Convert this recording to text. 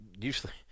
usually